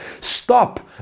Stop